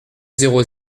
zéro